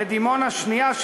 ודימונה שנייה,